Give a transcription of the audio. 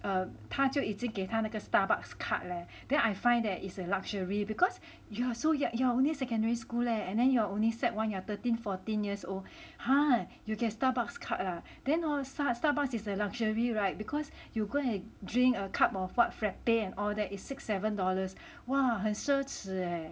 err 他就已经给他那个 Starbucks card leh then I find that it's a luxury because you are so you~ you're only secondary school leh and then you're only sec one you are thirteen fourteen years old !huh! you get Starbucks card ah then hor star~ Starbucks is a luxury [right] because you go and drink a cup of what frappe and all that is six seven dollars !wah! 很奢侈 leh